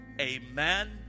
Amen